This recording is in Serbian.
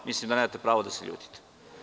Mislim da nemate pravo da se ljutite.